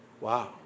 Wow